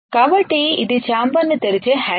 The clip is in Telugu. కాబట్టి ఇది చాంబర్ని తెరిచే హ్యాండిల్